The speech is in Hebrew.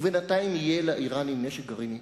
ובינתיים יהיה לאירנים נשק גרעיני.